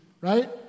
right